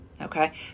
Okay